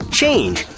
change